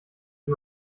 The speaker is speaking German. die